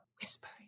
whispering